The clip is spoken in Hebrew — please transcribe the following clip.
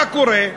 מה קורה?